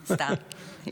סתם.